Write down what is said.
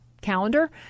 calendar